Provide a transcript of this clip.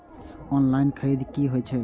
Online खरीद की होए छै?